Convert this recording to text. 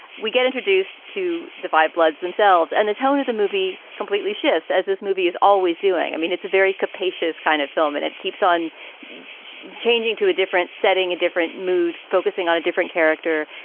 we get introduced to the five bloods themselves. and the tone of the movie completely shifts as this movie is always doing. i mean, it's a very capacious kind of film and it keeps on changing to a different setting, a different mood, focusing on a different character.